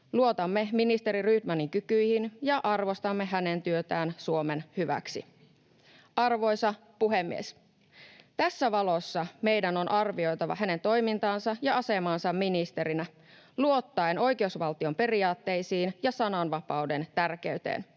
Luotamme ministeri Rydmanin kykyihin, ja arvostamme hänen työtään Suomen hyväksi. Arvoisa puhemies! Tässä valossa meidän on arvioitava hänen toimintaansa ja asemaansa ministerinä luottaen oikeusvaltion periaatteisiin ja sananvapauden tärkeyteen.